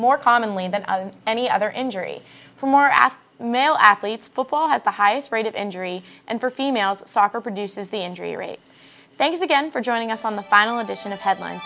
more commonly that other any other injury for after male athletes football has the highest rate of injury and for females soccer produces the injury rate thanks again for joining us on the final edition of headlines